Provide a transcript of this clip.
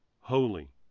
holy